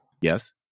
Yes